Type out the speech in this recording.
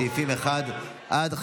סעיפים 1 עד 53,